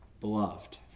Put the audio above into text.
Beloved